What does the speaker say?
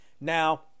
now